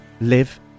live